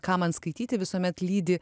ką man skaityti visuomet lydi